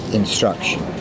instruction